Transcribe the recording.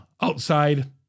outside